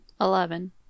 Eleven